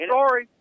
Sorry